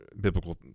biblical